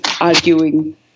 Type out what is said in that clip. arguing